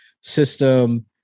system